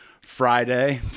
Friday